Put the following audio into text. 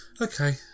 Okay